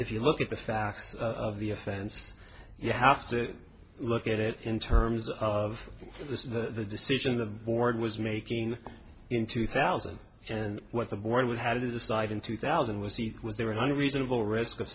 if you look at the facts of the offense you have to look at it in terms of the decision the board was making in two thousand and what the board would have to decide in two thousand was it was there were nine reasonable risk of